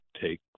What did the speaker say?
take